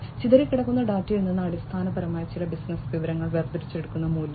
ചിതറിക്കിടക്കുന്ന ഡാറ്റയിൽ നിന്ന് അടിസ്ഥാനപരമായി ചില ബിസിനസ്സ് വിവരങ്ങൾ വേർതിരിച്ചെടുക്കുന്ന മൂല്യവും